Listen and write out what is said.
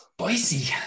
spicy